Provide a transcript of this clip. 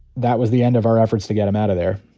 that was the end of our efforts to get him out of there.